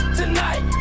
tonight